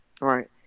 Right